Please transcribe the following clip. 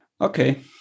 Okay